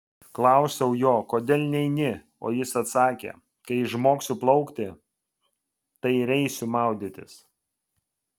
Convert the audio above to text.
klausiau jo kodėl neini o jis atsakė kai išmoksiu plaukti tai ir eisiu maudytis